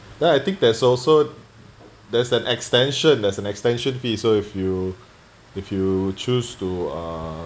then I think there's also there's an extension there's an extension b so if you if you choose to uh